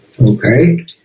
Okay